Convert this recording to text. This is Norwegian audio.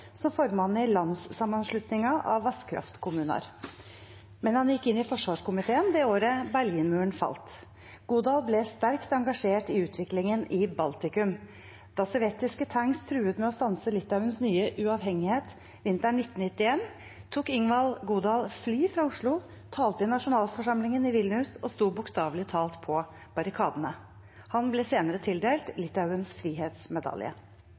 i Landssamanslutninga av Vasskraftkommunar, men han gikk inn i forsvarskomiteen det året Berlinmuren falt. Godal ble sterkt engasjert i utviklingen i Baltikum. Da sovjetiske tanks truet med å stanse Litauens nye uavhengighet vinteren 1991, tok Ingvald Godal fly fra Oslo, talte i nasjonalforsamlingen i Vilnius og sto bokstavelig talt på barrikadene. Han ble senere tildelt Litauens frihetsmedalje.